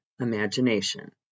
imagination